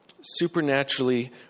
supernaturally